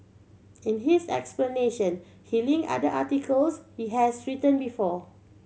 in his explanation he linked other articles he has written before